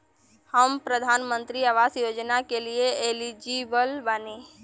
हम प्रधानमंत्री आवास योजना के लिए एलिजिबल बनी?